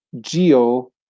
geo